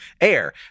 air